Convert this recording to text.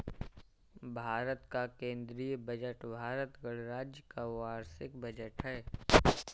भारत का केंद्रीय बजट भारत गणराज्य का वार्षिक बजट है